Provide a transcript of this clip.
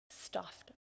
stuffed